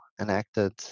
enacted